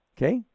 Okay